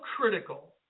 critical